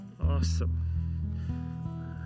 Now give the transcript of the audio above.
Awesome